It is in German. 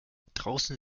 draußen